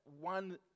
one